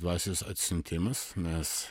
dvasios atsiuntimas mes